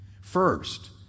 First